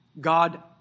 God